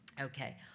Okay